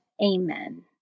Amen